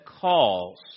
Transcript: calls